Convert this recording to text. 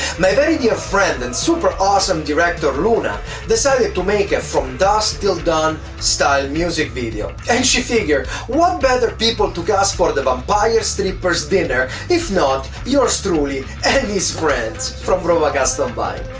my very dear friend and super awesome director luna decided to make a from dusk till dawn style music video and she figured what better people to cast for the vampire strippers dinner if not yours truly and his friends from roma custom um bike?